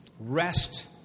Rest